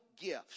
gifts